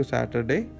Saturday